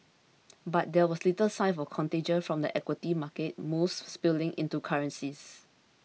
but there was little sign of contagion from the equity market moves spilling into currencies